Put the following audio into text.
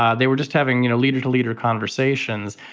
ah they were just having you know leader to leader conversations.